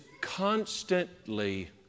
constantly